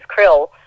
krill